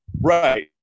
Right